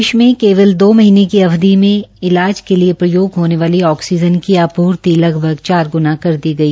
देश में केवल दो महीनें की अवधि में ईलाज के लिए प्रयोग होने वाली ऑक्सीजन की आपूर्ति लगभग चार गुण कर दी गई